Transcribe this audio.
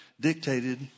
dictated